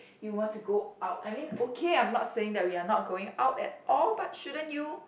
you want to go out I mean okay I'm not saying that we are not going out at all but shouldn't you